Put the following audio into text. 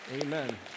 Amen